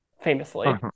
famously